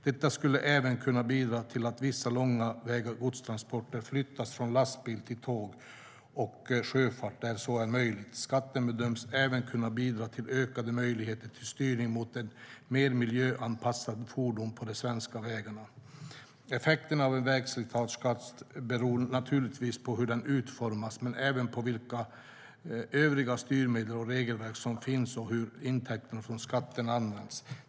Detta skulle även kunna bidra till att vissa långväga godstransporter flyttas från lastbil till tåg och sjöfart, där så är möjligt. Skatten bedöms även kunna bidra till ökade möjligheter till styrning mot mer miljöanpassade fordon på de svenska vägarna. Effekten av en vägslitageskatt beror naturligtvis på hur den utformas men även på vilka övriga styrmedel och regelverk som finns och på hur intäkterna från skatten används.